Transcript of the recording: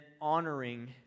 honoring